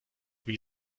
wie